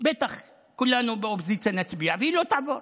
שבטח כולנו באופוזיציה נצביע בעדה, והיא לא תעבור.